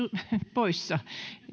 poissa